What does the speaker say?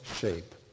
shape